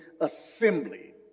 assembly